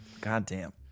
Goddamn